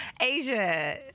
Asia